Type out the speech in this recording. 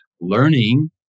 learning